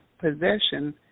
possession